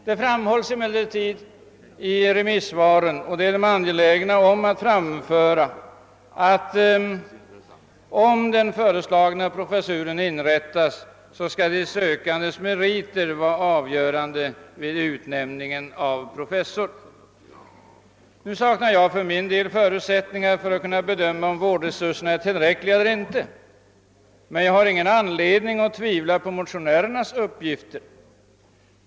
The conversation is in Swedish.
Man är emellertid, för den händelse att den föreslagna professuren verkligen inrättas, i remissvaren mycket angelägen om att understryka att det i så fall skall vara den sökandes meriter som skall vara avgörande för utnämningen av professor. För min del saknar jag förutsättningar att bedöma om vårdresurserna är tillräckliga eller inte, men jag har ingen anledning att tvivla på motionärernas uppgifter.